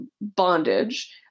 bondage